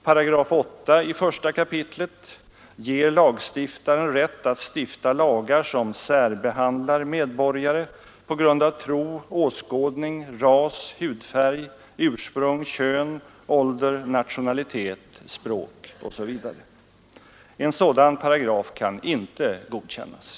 Första kapitlets 8 § ger lagstiftaren rätt att stifta lagar som särbehandlar medborgare på grund av tro, åskådning, ras, hudfärg, ursprung, kön, ålder, nationalitet, språk osv. En sådan paragraf kan inte godkännas.